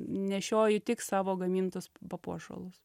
nešioju tik savo gamintus papuošalus